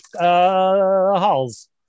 Halls